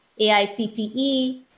AICTE